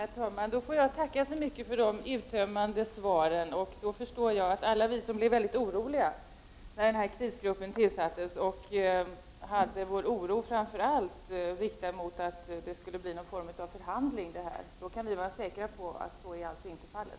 Herr talman! Då får jag tacka så mycket för de uttömmande svaren. Jag förstår att alla vi som när krisgruppen tillsattes var så oroliga, framför allt för att det skulle bli en förhandling, nu kan vara säkra på att så inte är fallet.